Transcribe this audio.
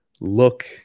look